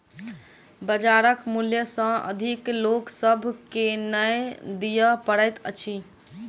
बजारक मूल्य सॅ अधिक लोक सभ के नै दिअ पड़ैत अछि